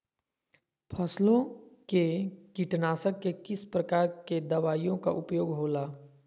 फसलों के कीटनाशक के किस प्रकार के दवाइयों का उपयोग हो ला?